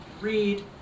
read